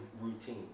routine